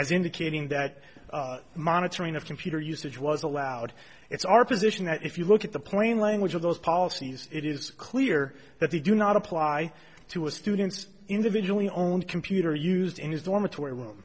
as indicating that monitoring of computer usage was allowed it's our position that if you look at the point language of those policies it is clear that they do not apply to a student's individually owned computer used in his dormitory room